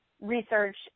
research